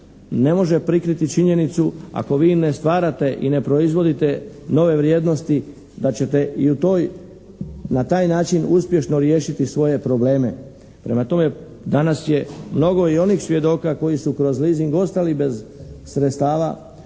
ne može prikriti činjenicu ako vi ne stvarate i ne proizvodite nove vrijednosti, da ćete i na taj način uspješno riješiti svoje probleme. Prema tome, danas je mnogo i onih svjedoka koji su kroz leasing ostali bez sredstava,